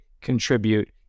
contribute